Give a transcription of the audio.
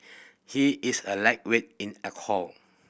he is a lightweight in alcohol